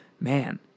man